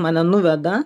mane nuveda